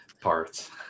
parts